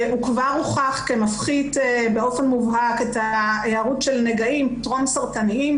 הוא כבר הוכח כמפחית באופן מובהק את ההיארעות של נגעים טרום סרטניים,